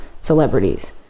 celebrities